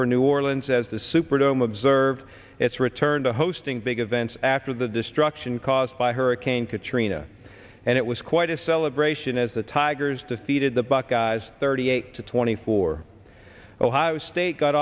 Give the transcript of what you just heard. for new orleans as the superdome observed its return to hosting big events after the destruction caused by hurricane katrina and it was quite a celebration as the tigers defeated the buckeyes thirty eight to twenty four ohio state got